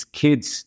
kids